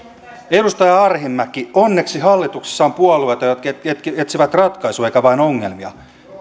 edustaja arhinmäki onneksi hallituksessa on puolueita jotka jotka etsivät ratkaisuja eivätkä vain ongelmia